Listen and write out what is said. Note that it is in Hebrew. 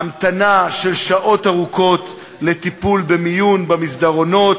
המתנה של שעות ארוכות לטיפול במיון במסדרונות,